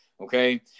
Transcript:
Okay